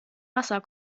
wasser